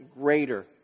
greater